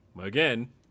Again